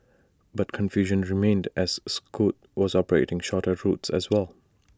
but confusion remained as scoot was operating shorter routes as well